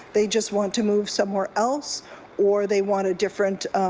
they just want to move somewhere else or they want a different